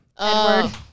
Edward